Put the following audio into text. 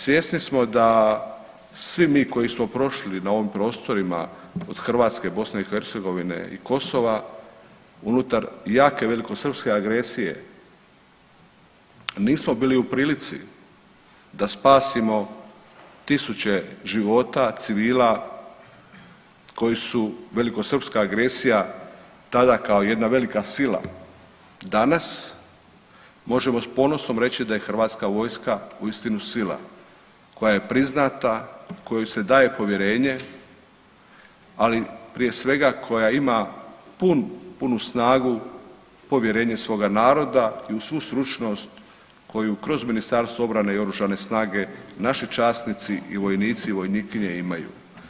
Svjesni smo da svi mi koji smo prošli na ovim prostorima od Hrvatske, BiH i Kosova unutar jake velikosrpske agresije nismo bili u prilici da spasimo tisuće života civila koji su velikosrpska agresija tada kao jedna velika sila, danas možemo s ponosom reći da je hrvatska vojska uistinu sila koja je priznata, kojoj se daje povjerenje, ali prije svega koja ima punu snagu povjerenja svoga naroda i uz svu stručnost koju kroz Ministarstvo obrane i oružane snage naši časnici i vojnici i vojnikinje imaju.